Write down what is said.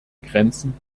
grenzen